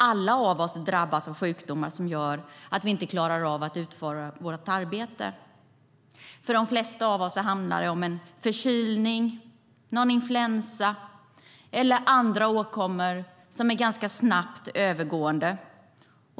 Vi drabbas alla av sjukdomar som gör att vi inte klarar av att utföra vårt arbete. För de flesta av oss handlar det om en förkylning, en influensa eller andra åkommor som är snabbt övergående.